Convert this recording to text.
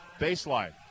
baseline